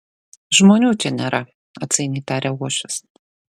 žmonių čia nėra atsainiai tarė uošvis